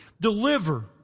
deliver